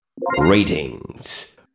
Ratings